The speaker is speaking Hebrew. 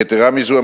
יתירה מזאת,